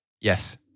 Yes